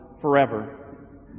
forever